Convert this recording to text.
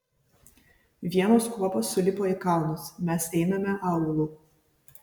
vienos kuopos sulipo į kalnus mes einame aūlu